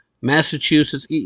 Massachusetts